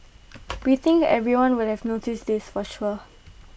we think everyone would have noticed this for sure